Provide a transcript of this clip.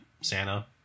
Santa